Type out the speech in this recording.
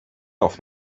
off